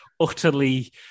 utterly